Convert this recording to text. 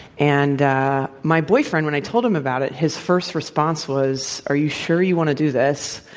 and my boyfriend, when i told him about it, his first response was, are you sure you want to do this?